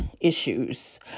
issues